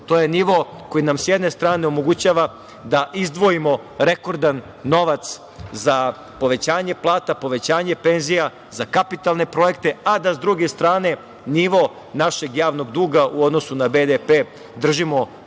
To je nivo koji nam sa jedne strane omogućava da izdvojimo rekordan novac za povećanje plata, povećanje penzija, za kapitalne projekte, a da sa druge strane nivo našeg javnog duga u odnosu na BDP držimo